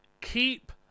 keep